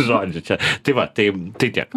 žodžiu čia tai va tai tai tiek